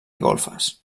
golfes